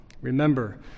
Remember